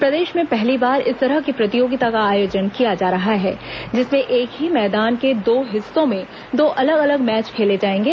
प्रदेश में पहली बार इस तरह की प्रतियोगिता का आयोजन किया जा रहा है जिसमें एक ही मैदान के दो हिस्सों में दो अलग अलग मैच खेले जाएंगे